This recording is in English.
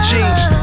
Jeans